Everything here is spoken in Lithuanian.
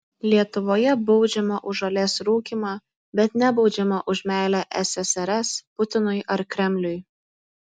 lietuvoje baudžiama už žolės rūkymą bet nebaudžiama už meilę ssrs putinui ar kremliui